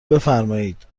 بفرمایید